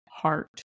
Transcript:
heart